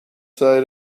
say